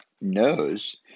knows